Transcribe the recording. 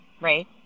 right